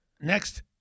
Next